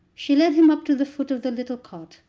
she led him up to the foot of the little cot,